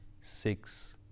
six